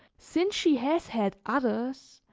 since she has had others,